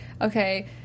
okay